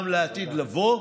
גם לעתיד לבוא,